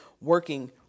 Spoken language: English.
working